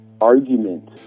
argument